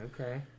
Okay